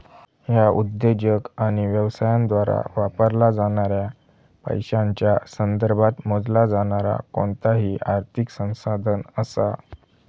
ह्या उद्योजक आणि व्यवसायांद्वारा वापरला जाणाऱ्या पैशांच्या संदर्भात मोजला जाणारा कोणताही आर्थिक संसाधन असा